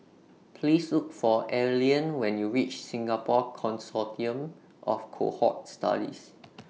Please Look For Allean when YOU REACH Singapore Consortium of Cohort Studies